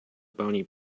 bounty